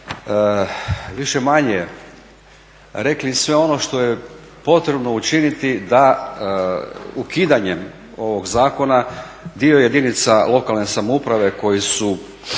više-manje rekli sve. Ono što je potrebno učiniti da ukidanjem ovog zakona dio jedinica lokalne samouprave koje su